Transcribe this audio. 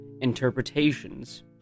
interpretations